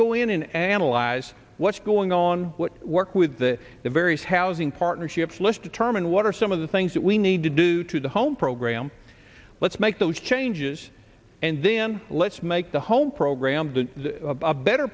go in and analyze what's going on what work with the various housing partnerships list determine what are some of the things that we need to do to the home program let's make those changes and then let's make the whole program to a better